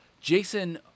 Jason